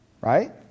Right